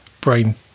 brain